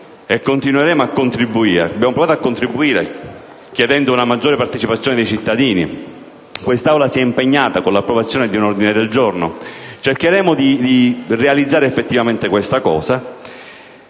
e concludo, signor Presidente. Abbiamo provato a contribuire chiedendo una maggiore partecipazione ai cittadini e continueremo a farlo. Quest'Aula si è impegnata con l'approvazione di un ordine del giorno. Cercheremo di realizzare effettivamente questa cosa.